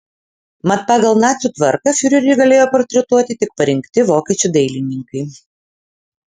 mat pagal nacių tvarką fiurerį galėjo portretuoti tik parinkti vokiečių dailininkai